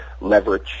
Leverage